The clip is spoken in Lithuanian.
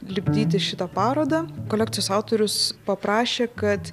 lipdyti šitą parodą kolekcijos autorius paprašė kad